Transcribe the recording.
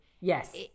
Yes